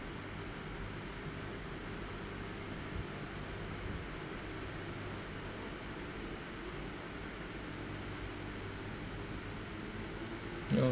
you know